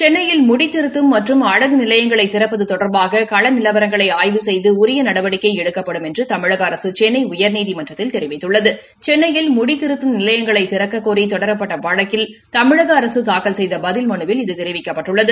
சென்னையில் முடித்திருத்தும் மற்றும் அழகு நிலையங்களை திறப்பது தொடா்பாக கள நிலவரங்களை ஆய்வு செய்து உரிய நடவடிக்கை எடுக்கப்படும் என்று தமிழக அரசு சென்னை உயா்நீதிமன்றத்தில் தெரிவித்துள்ளது சென்னையில் முடித்திருத்தும் நிலையங்களை திறக்கக்கோரி தொடரப்பட்ட வழக்கில் தமிழக அரசு தூக்கல் செய்த பதில் மனுவில் இது தெரிவிக்கப்பட்டுள்ளது